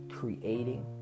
creating